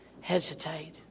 hesitate